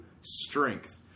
strength